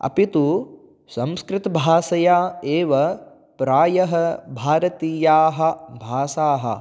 अपि तु संस्कृतभाषया एव प्रायः भारतीयाः भाषाः